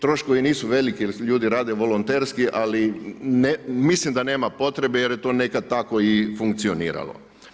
Troškovi nisu veliki jer ljudi rade volonterski, ali mislim da nema potrebe jer je to nekad tako i funkcioniralo.